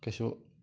ꯀꯩꯁꯨ